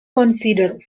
considered